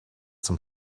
zum